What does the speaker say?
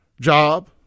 job